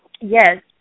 Yes